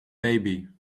baby